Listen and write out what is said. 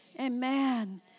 Amen